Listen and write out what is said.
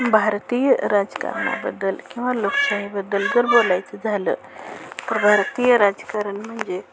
भारतीय राजकारणा बद्दल किंवा लोकशाहीबद्दल जर बोलायचं झालं तर भारतीय राजकारण म्हणजे